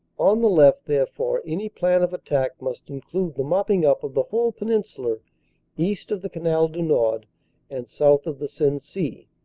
on the left, therefore, any plan of attack must include the mopping-up of the whole peninsula east of the canal du nord and south of the sensee,